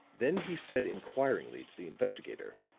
then he said inquiringly to the investigator